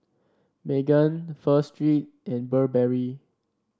Megan Pho Street and Burberry